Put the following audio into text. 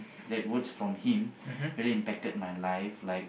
that words from him really impacted my life like